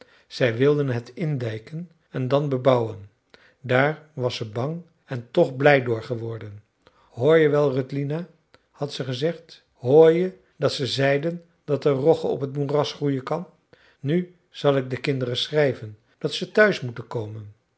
zij wilden het indijken en dan bebouwen daar was ze bang en toch blij door geworden hoor je wel rödlina had ze gezegd hoor je dat ze zeiden dat er rogge op t moeras groeien kan nu zal ik de kinderen schrijven dat ze thuis moeten komen